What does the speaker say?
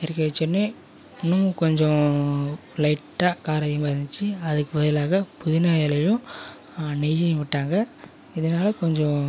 இறக்கி வச்சோன்னே இன்னும் கொஞ்சம் லைட்டாக காரம் அதிகமாக இருந்துச்சு அதுக்கு பதிலாக புதினா இலையும் நெய்யும் விட்டாங்க இதனால் கொஞ்சம் பிரியாணி நல்லா இருந்துச்சு